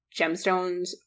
gemstones